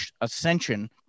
ascension